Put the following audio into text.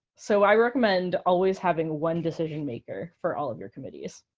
so i recommend always having one decision maker for all of your committees.